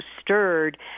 stirred